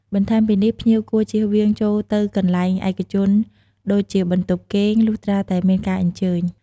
បន្ថែមពីនេះ ភ្ញៀវគួរជៀសវាងចូលទៅកន្លែងឯកជនដូចជាបន្ទប់គេង លុះត្រាតែមានការអញ្ជើញ។